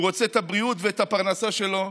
הוא רוצה את הבריאות ואת הפרנסה שלו,